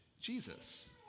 Jesus